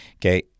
Okay